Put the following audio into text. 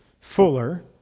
Fuller